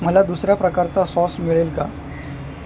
मला दुसऱ्या प्रकारचा सॉस मिळेल का